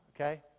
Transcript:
Okay